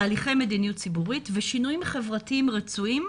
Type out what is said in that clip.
תהליכי מדיניות ציבורית ושינויים חברתיים רצויים,